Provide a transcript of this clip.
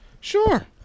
Sure